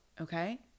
Okay